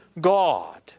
God